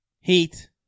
Heat